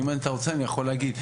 אם אתה רוצה, אני יכול להגיד.